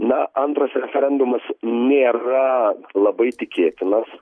na antras referendumas nėra labai tikėtinas